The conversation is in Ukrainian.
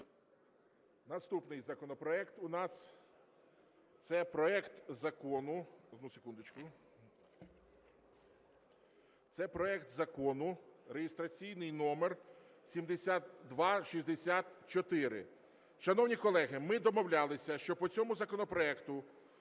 одну секундочку, це проект Закону реєстраційний номер 7264. Шановні колеги, ми домовлялися, що по цьому законопроекту